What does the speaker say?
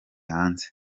hanze